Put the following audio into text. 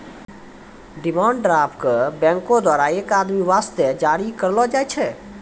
demand draft क बैंको द्वारा एक आदमी वास्ते जारी करलो जाय छै